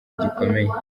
gikomeye